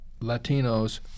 Latinos